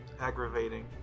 aggravating